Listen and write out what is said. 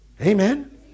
Amen